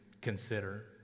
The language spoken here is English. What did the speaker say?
consider